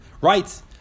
Right